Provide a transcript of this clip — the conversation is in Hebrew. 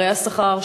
פערי השכר,